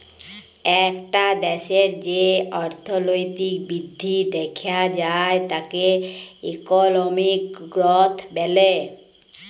একটা দ্যাশের যে অর্থলৈতিক বৃদ্ধি দ্যাখা যায় তাকে ইকলমিক গ্রথ ব্যলে